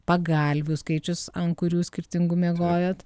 pagalvių skaičius ant kurių skirtingų miegojot